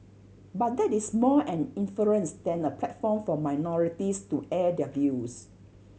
but that is more an inference than a platform for minorities to air their views